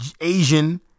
asian